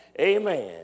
amen